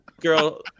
girl